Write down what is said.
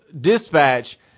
dispatch